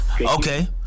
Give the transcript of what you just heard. Okay